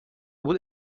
بود